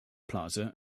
plaza